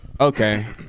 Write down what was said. Okay